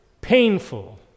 painful